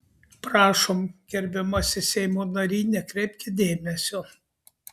prašom gerbiamasis seimo nary nekreipkit dėmesio